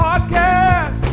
Podcast